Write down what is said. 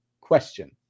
question